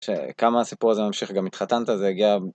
שכמה הסיפור הזה ממשיך גם התחתנת זה הגיע.